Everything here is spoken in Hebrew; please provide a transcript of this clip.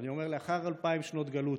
אני אומר: לאחר אלפיים שנות גלות,